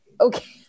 Okay